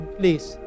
please